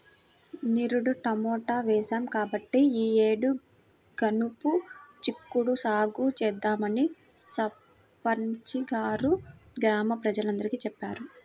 నిరుడు టమాటా వేశాం కాబట్టి ఈ యేడు గనుపు చిక్కుడు సాగు చేద్దామని సర్పంచి గారు గ్రామ ప్రజలందరికీ చెప్పారు